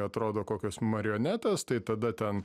atrodo kokios marionetės tai tada ten